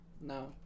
No